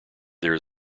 there